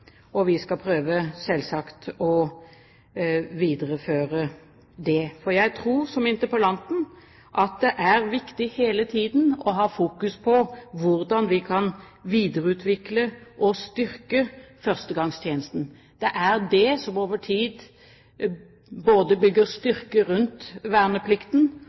Vi skal selvsagt prøve å videreføre det. Jeg tror, som interpellanten, at det er viktig hele tiden å fokusere på hvordan vi kan videreutvikle og styrke førstegangstjenesten. Det er det som over tid både bygger styrke rundt verneplikten